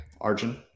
arjun